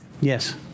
Yes